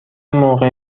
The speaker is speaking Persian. موقع